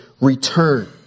return